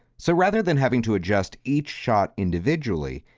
so rather than having to adjust each shot individually,